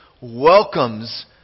welcomes